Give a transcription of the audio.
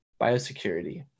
biosecurity